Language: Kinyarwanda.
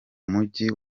mujyi